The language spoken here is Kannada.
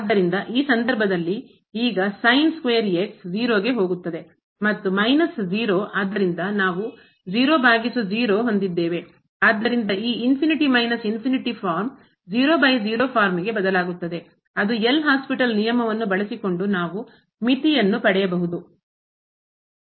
ಆದ್ದರಿಂದ ಈ ಸಂದರ್ಭದಲ್ಲಿ ಈಗ sin square ಮತ್ತು ಮೈನಸ್ ಆದ್ದರಿಂದ ನಾವು ಭಾಗಿಸು ಆದ್ದರಿಂದ ಈ ಫಾರ್ಮ್ ಫಾರ್ಮ್ಗೆ ಬದಲಾಗುತ್ತದೆ ಅದು ಎಲ್ ಹಾಸ್ಪಿಟಲ್ ನಿಯಮವನ್ನು ಬಳಸಿಕೊಂಡು ನಾವು ಮಿತಿಯನ್ನು ಪಡೆಯಬಹುದು